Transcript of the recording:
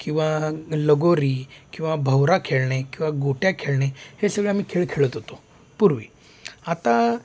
किंवा लगोरी किंवा भोवरा खेळणे किंवा गोट्या खेळणे हे सगळे आम्ही खेळ खेळत होतो पूर्वी आता